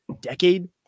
decade